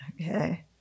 Okay